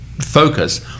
focus